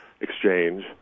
exchange